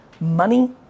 money